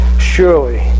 Surely